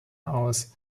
aus